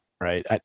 right